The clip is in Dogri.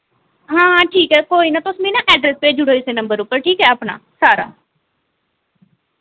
हां ठीक ऐ कोई ना तुस मि ना एड्रेस भेजुड़ो इस्सै नंबर उप्पर ठीक ऐ अपना सारा